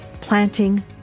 planting